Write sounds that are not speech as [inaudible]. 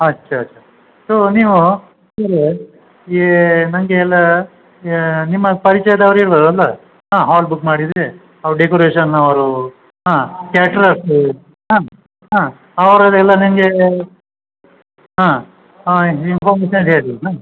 ಹಾಂ ಅಚ್ಚ ಅಚ್ಚ ಸೋ ನೀವು [unintelligible] ಯೇ ನನಗೆ ಎಲ್ಲ ನಿಮ್ಮ ಪರಿಚಯದವ್ರು ಇರ್ಬೌದು ಇಲ್ಲ ಹಾಂ ಹಾಲ್ ಬುಕ್ ಮಾಡಿದರೆ ಅವು ಡೆಕೋರೇಷನ್ ಅವರು ಹಾಂ ಕ್ಯಾಟರರ್ಸು ಹಾಂ ಹಾಂ ಅವ್ರದ್ದೆಲ್ಲ ನನಗೆ ಹಾಂ ಹಾಂ ಇನ್ಫಾರ್ಮೇಷನ್ ಹೇಳಿ ಹಾಂ